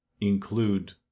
include